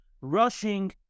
rushing